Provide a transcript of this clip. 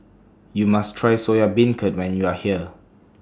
YOU must Try Soya Beancurd when YOU Are here